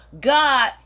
God